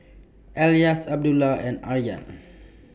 Elyas Abdullah and Aryan